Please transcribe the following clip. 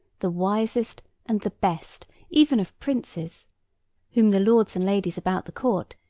the wisest, and the best even of princes whom the lords and ladies about the court,